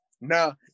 Now